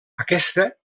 aquesta